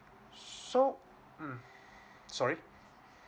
so mm sorry